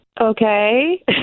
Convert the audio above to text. Okay